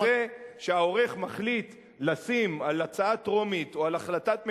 וזה שהעורך מחליט לשים על הצעה טרומית או על החלטת ממשלה,